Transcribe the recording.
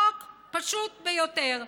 חוק פשוט ביותר,